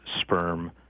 sperm